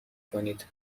کنید